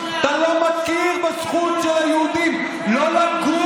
אתה לא מכיר בזכות של היהודים לא לגור